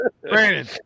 Brandon